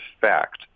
fact